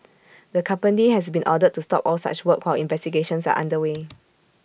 the company has been ordered to stop all such work while investigations are under way